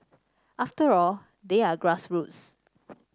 after all they are grassroots